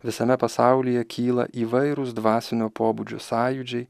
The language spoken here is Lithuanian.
visame pasaulyje kyla įvairūs dvasinio pobūdžio sąjūdžiai